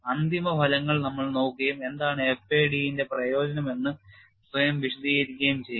അന്തിമ ഫലങ്ങൾ നമ്മൾ നോക്കുകയും എന്താണ് FAD ന്റെ പ്രയോജനം എന്ന് സ്വയം വിശദീകരിക്കുകയും ചെയ്യും